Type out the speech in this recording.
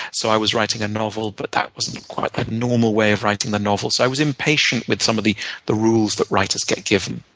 so i was writing a novel, but that wasn't quite a normal way of writing a novel. so i was impatient with some of the the rules that writers get given.